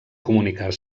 comunicar